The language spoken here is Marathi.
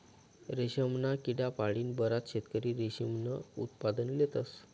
रेशमना किडा पाळीन बराच शेतकरी रेशीमनं उत्पादन लेतस